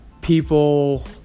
people